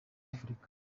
afurika